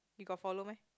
you got follow meh